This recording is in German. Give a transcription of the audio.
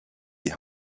die